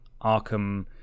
Arkham